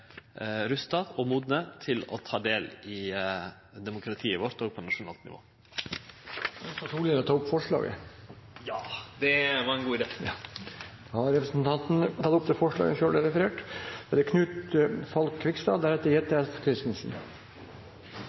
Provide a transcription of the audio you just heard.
rusta og modne til å ta del i demokratiet vårt òg på nasjonalt nivå. Ønsker representanten Solhjell å ta opp forslaget der SV er medforslagsstiller? Ja, det var ein god idé. Da har representanten Bård Vegar Solhjell tatt opp